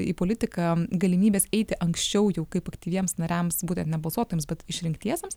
į politiką galimybės eiti anksčiau jau kaip aktyviems nariams būtent ne balsuotojams bet išrinktiesiems